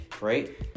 right